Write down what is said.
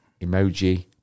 Emoji